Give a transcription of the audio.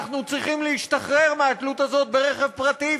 אנחנו צריכים להשתחרר מהתלות הזו ברכב פרטי,